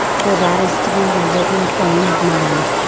for that is to be your working frame of mind.